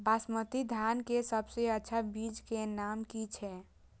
बासमती धान के सबसे अच्छा बीज के नाम की छे?